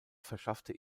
verschaffte